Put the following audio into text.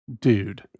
Dude